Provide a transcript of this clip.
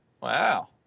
Wow